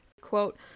quote